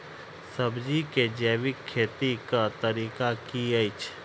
सब्जी केँ जैविक खेती कऽ तरीका की अछि?